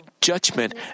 judgment